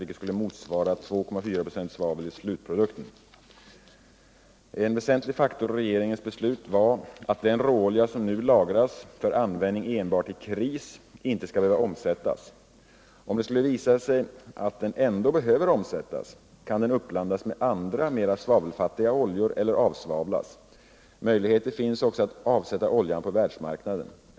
En väsentlig faktor i regeringens beslut var att den råolja som nu lagras för användning enbart i kris inte skall behöva omsättas. Om det skulle visa sig att den ändå behöver omsättas kan den uppblandas med andra, mera svavelfattiga oljor, eller avsvavlas. Möjligheter finns också att avsätta oljan på världsmarknaden.